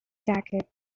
jacket